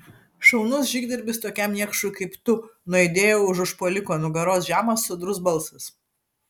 šaunus žygdarbis tokiam niekšui kaip tu nuaidėjo už užpuoliko nugaros žemas sodrus balsas